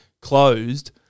closed